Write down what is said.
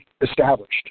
established